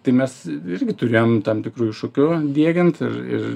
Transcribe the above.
tai mes irgi turėjom tam tikrų iššūkių diegiant ir ir